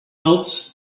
else